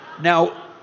Now